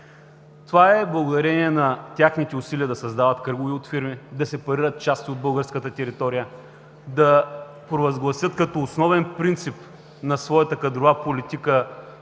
Това е благодарение на техните усилия да създават кръгове от фирми, да сепарират части от българската територия, да провъзгласят като основен принцип на своята кадрова политика